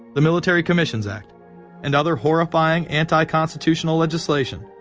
the military commissions act and other horrifying anti-constitutional legislation,